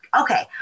okay